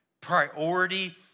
priority